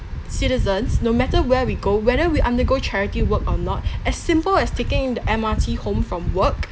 citizens no matter where we go whether we undergo charity work or not as simple as taking the M_R_T home from work